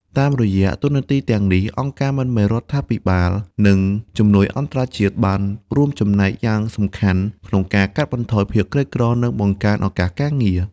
តាមរយៈតួនាទីទាំងនេះ អង្គការមិនមែនរដ្ឋាភិបាល និងជំនួយអន្តរជាតិបានរួមចំណែកយ៉ាងសំខាន់ក្នុងការកាត់បន្ថយភាពក្រីក្រ និងបង្កើនឱកាសការងារ។